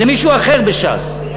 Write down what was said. זה מישהו אחר בש"ס.